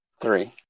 Three